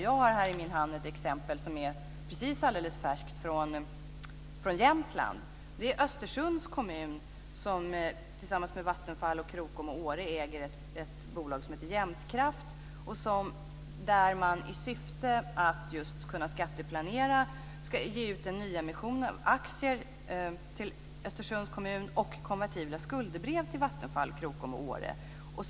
Jag har i min hand ett exempel från Jämtland som är alldeles färskt. Det är Östersunds kommun som tillsammans med Vattenfall, Krokom och Åre äger ett bolag som heter Jämtkraft, där man i syfte att just skatteplanera ska göra en nyemission av aktier för Östersunds kommun och ge ut konvertibla skuldebrev till Vattenfall, Krokom och Åre.